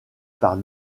par